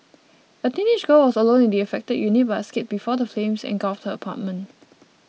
a teenage girl was alone in the affected unit but escaped before the flames engulfed her apartment